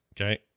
Okay